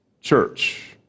church